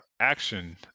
Action